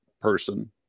person